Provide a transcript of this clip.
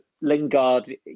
Lingard